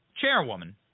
chairwoman